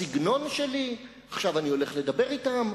בסגנון שלי, עכשיו אני הולך לדבר אתם.